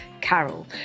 Carol